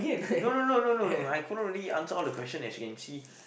no no no no no no I could not really answer all the question as you can see